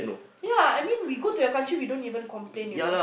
ya I mean we go to your country we don't even complain you know